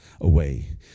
away